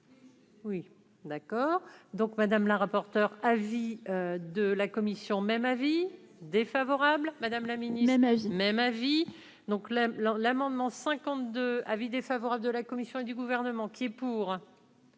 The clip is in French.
Oui, d'accord, donc madame la rapporteure, avis de la commission même avis défavorable, madame la même âge mais ma vie, donc l'implant, l'amendement 52 avis défavorable de la Commission et du gouvernement qui est pour.